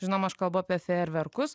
žinoma aš kalbu apie fejerverkus